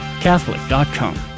Catholic.com